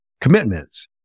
commitments